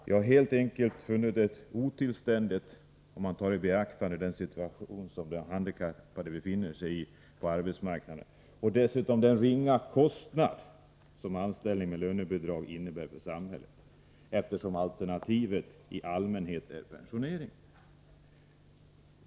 Vi har helt enkelt funnit detta otillständigt, om man tar i beaktande den situation som de handikappade befinner sig i på arbetsmarknaden och dessutom den ringa kostnad som anställning med lönebidrag innebär för samhället, eftersom alternativet i allmänhet är pensionering.